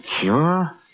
cure